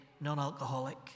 non-alcoholic